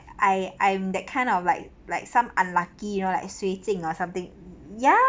I I'm that kind of like like some unlucky you know like sui jing or something ya